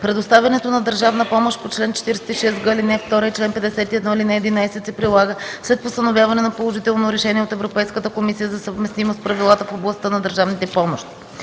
Предоставянето на държавна помощ по чл. 46г, ал. 2 и чл. 51, ал. 11 се прилага след постановяване на положително решение от Европейската комисия за съвместимост с правилата в областта на държавните помощи.